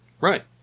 Right